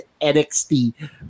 NXT